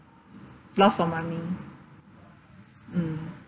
loss of money mm